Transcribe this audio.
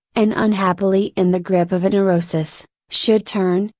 and unhappily in the grip of a neurosis, should turn,